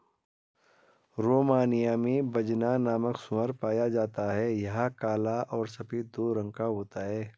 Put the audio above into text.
Romania में Bazna नामक सूअर पाया जाता है यह काला और सफेद दो रंगो का होता है